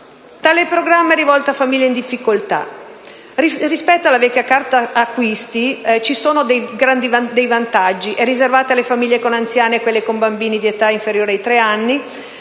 Tale programma è rivolto a famiglie in difficoltà. Rispetto alla vecchia carta acquisti ci sono dei vantaggi: la vecchia carta acquisti era riservata alle famiglie con anziani e a quelle con bambini di età inferiore ai tre anni